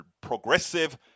progressive